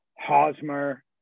Hosmer